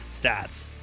stats